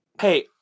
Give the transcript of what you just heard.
Hey